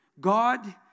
God